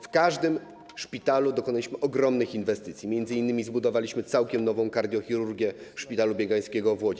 W każdym szpitalu dokonaliśmy ogromnych inwestycji, m.in. zbudowaliśmy całkiem nową kardiochirurgię w szpitalu Biegańskiego w Łodzi.